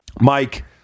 Mike